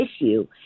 issue